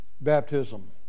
baptism